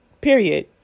period